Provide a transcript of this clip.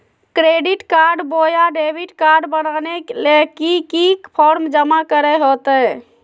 Credit card बोया debit card बनाने ले की की फॉर्म जमा करे होते?